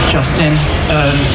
Justin